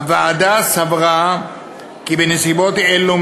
הוועדה סברה כי בנסיבות אלה,